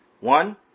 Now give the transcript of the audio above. One